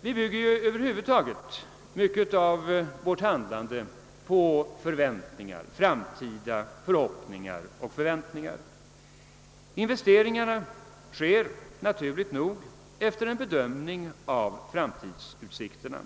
Vi bygger över huvud taget mycket av vårt handlande på framtida förhoppningar och förväntningar. Investeringarna sker naturligt nog efter en bedömning av framtidsutsikterna.